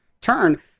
turn